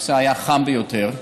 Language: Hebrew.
הנושא היה חם ביותר.